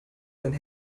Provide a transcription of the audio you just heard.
sein